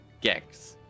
Gex